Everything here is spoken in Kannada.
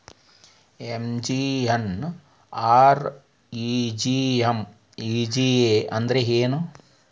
ಎಂ.ಜಿ.ಎನ್.ಆರ್.ಇ.ಜಿ.ಎ ಅಂದ್ರೆ ಏನು?